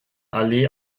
allee